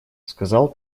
сказал